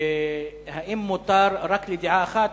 והאם מותר רק לדעה אחת